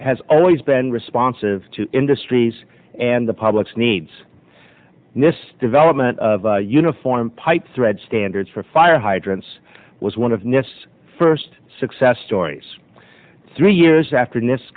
has always been responsive to industries and the public's needs in this development of uniform pipe thread standards for fire hydrants was one of nests first success stories three years after this